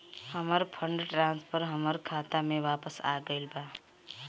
हमर fund transfer हमर खाता में वापस आ गईल बा